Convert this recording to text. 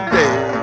day